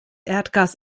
erdgas